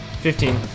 Fifteen